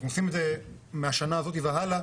אנחנו עושים את זה מהשנה הזאת והלאה,